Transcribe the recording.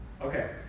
Okay